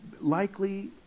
likely